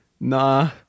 nah